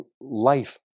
life